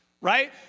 right